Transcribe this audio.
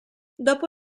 dopo